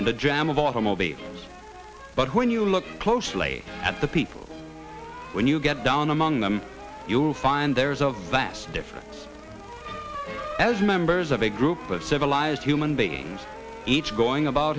automobiles but when you look closely at the people when you get down among them you'll find there's a vast difference as members of a group of civilized human beings each going about